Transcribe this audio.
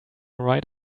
right